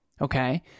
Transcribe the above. Okay